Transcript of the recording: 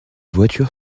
voiture